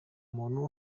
umuntu